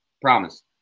Promise